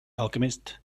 alchemist